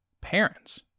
Parents